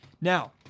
Now